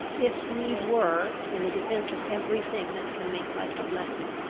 if need were, in the defence of every thing that can make life a blessing.